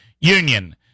union